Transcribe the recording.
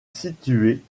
située